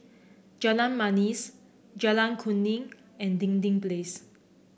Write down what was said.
Jalan Manis Jalan Kuning and Dinding Place